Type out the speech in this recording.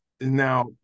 Now